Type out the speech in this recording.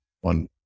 one